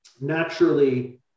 naturally